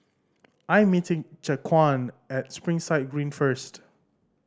I am meeting Jaquan at Springside Green first